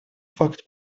факт